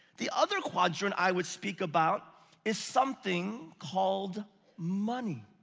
the other quadrant i would speak about is something called money.